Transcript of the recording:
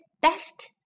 best